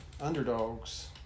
underdogs